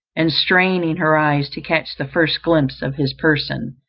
and straining her eyes to catch the first glimpse of his person,